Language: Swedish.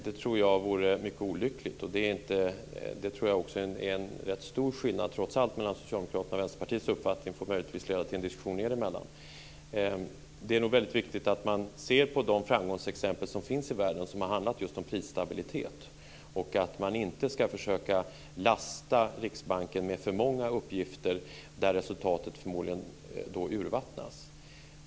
Det tror jag vore mycket olyckligt. Det tror jag också är en rätt stor skillnad, trots allt, mellan Socialdemokraternas och Vänsterpartiets uppfattning. Det får möjligtvis leda till en diskussion er emellan. Det är nog viktigt att man ser på de framgångsexempel som finns i världen som har handlat just om prisstabilitet och att man inte ska försöka lasta Riksbanken med för många uppgifter där resultatet förmodligen då urvattnas.